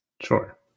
Sure